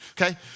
Okay